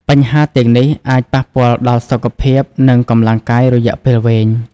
បញ្ហាទាំងនេះអាចប៉ះពាល់ដល់សុខភាព និងកម្លាំងកាយរយៈពេលវែង។